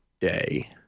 day